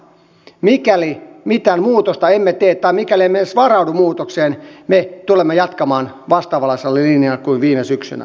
mikäli mitään muutosta emme tee tai emme edes varaudu muutokseen me tulemme jatkamaan vastaavanlaisella linjalla kuin viime syksynä